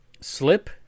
slip